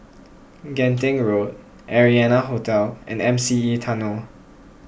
Genting Road Arianna Hotel and M C E Tunnel